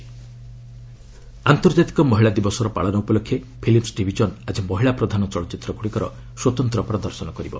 Mumbai women's day ଆନ୍ତର୍ଜାତିକ ମହିଳା ଦିବସର ପାଳନ ଉପଲକ୍ଷେ ଫିଲିମ୍ବ ଡିଭିଜନ ଆଜି ମହିଳା ପ୍ରଧାନ ଚଳଚ୍ଚିତ୍ର ଗୁଡ଼ିକର ସ୍ୱତନ୍ତ୍ର ପ୍ରଦର୍ଶନ କରିବ